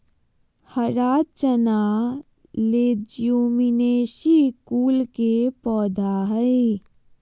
हरा चना लेज्युमिनेसी कुल के पौधा हई